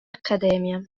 accademia